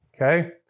okay